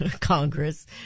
Congress